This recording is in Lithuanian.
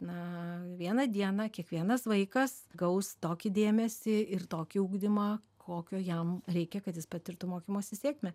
na vieną dieną kiekvienas vaikas gaus tokį dėmesį ir tokį ugdymą kokio jam reikia kad jis patirtų mokymosi sėkmę